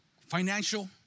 financial